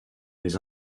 les